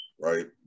right